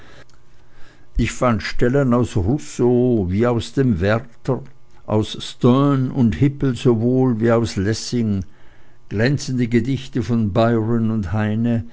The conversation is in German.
ich fand stellen aus rousseau wie aus dem werther aus sterne und hippel sowohl wie aus lessing glänzende gedichte aus byron und heine